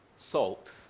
SALT